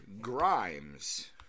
Grimes